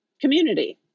community